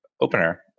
opener